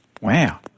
Wow